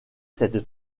cette